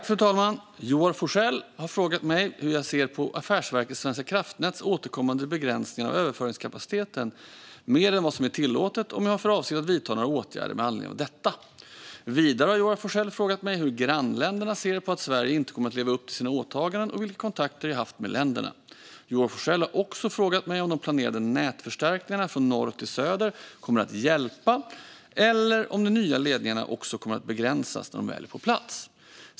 Fru talman! Joar Forssell har frågat mig hur jag ser på att Affärsverket svenska kraftnät återkommande begränsar överföringskapaciteten mer än vad som är tillåtet och om jag har för avsikt att vidta några åtgärder i anledning av detta. Vidare har Joar Forssell frågat mig hur grannländerna ser på att Sverige inte kommer att leva upp till sina åtaganden och vilka kontakter jag har haft med länderna. Joar Forssell har också frågat mig om de planerade nätförstärkningarna från norr till söder kommer att hjälpa, eller om de nya ledningarna också kommer att begränsas när de väl är på plats.